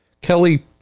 Kelly